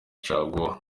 caguwa